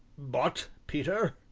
but, peter?